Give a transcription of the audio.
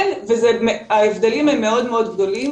אין, וההבדלים הם מאוד גדולים.